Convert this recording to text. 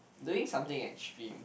doing something extreme